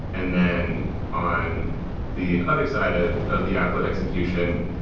and then on the other side of of the applet execution,